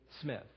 Smith